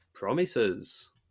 Promises